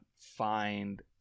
find